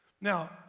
Now